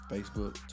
Facebook